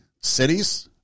cities